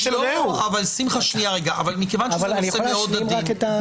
אני יכול להשלים את הדברים?